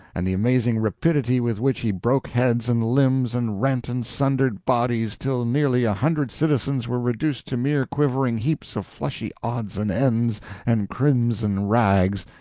and the amazing rapidity with which he broke heads and limbs, and rent and sundered bodies, till nearly a hundred citizens were reduced to mere quivering heaps of fleshy odds and ends and crimson rags,